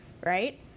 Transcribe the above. right